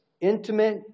intimate